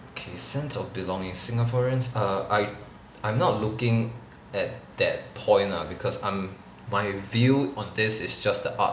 okay sense of belonging singaporeans err I I'm not looking at that point lah because I'm my view on this is just the arts